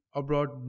abroad